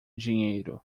dinheiro